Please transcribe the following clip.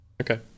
okay